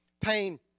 Pain